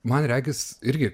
man regis irgi